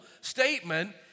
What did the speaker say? statement